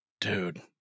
Dude